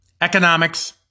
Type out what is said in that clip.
Economics